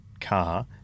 car